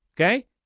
Okay